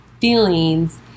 feelings